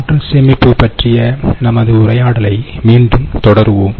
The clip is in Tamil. ஆற்றல் சேமிப்பு பற்றிய நமது உரையாடலை மீண்டும் தொடருவோம்